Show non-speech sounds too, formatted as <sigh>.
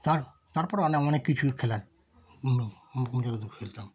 তার তার পরে আরও অনেক কিছুর খেলা <unintelligible> খেলতাম